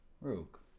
Rook